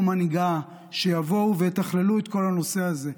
מנהיגה שיבואו ויתכללו את כל הנושא הזה,